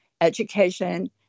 education